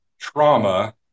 trauma